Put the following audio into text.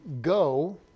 go